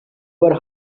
were